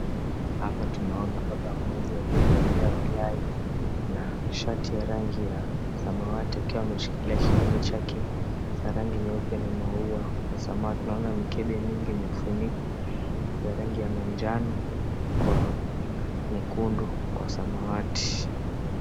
Hapa tunaona baba mmoja aliyevalia walai, na shati ya rangi samawati akiwa ameshikilia kikombe chake, cha rangi nyeupe na maua ya samawati. Naona mikebe mingi yenye vifunuko ya rangi ya manjano kwa nyekundu kwa samawati.